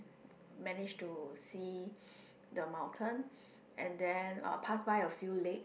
manage to see the mountain and then uh pass by a few lake